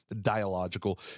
dialogical